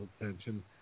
attention